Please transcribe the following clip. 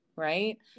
right